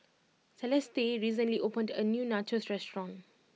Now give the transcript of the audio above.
Celeste recently opened a new Nachos restaurant